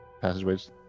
passageways